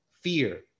fear